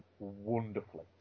Wonderfully